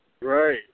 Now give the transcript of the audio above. Right